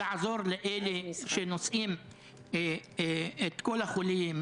אנחנו רוצים לעזור לאלה שנושאים את כל החולים,